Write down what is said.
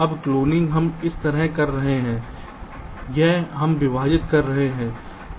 अब क्लोनिंग हम इस तरह कर रहे हैं यह हम विभाजित कर रहे हैं